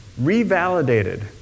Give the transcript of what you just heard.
revalidated